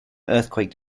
earthquake